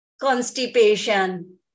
constipation